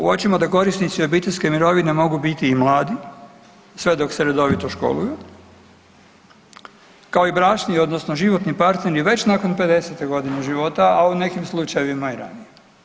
Uočimo da korisnici obiteljske mirovine mogu biti i mladi sve dok se redovito školuju, kao i bračni odnosno životni partneri već nakon 50.g. života, a u nekim slučajevima i ranije.